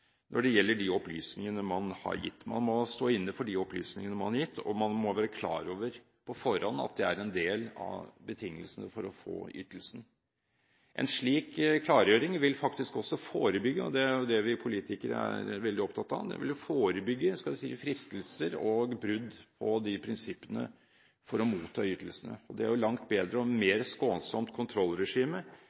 når det gjelder de opplysningene du har gitt. Man må stå inne for de opplysningene man har gitt, og man må på forhånd være klar over at det er en del av betingelsene for å få ytelsen. En slik klargjøring vil faktisk også forebygge – og det er jo det vi politikere er veldig opptatt av – fristelser og brudd på prinsippene for å motta ytelsene. Det er jo et langt bedre og mer skånsomt kontrollregime